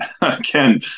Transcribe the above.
again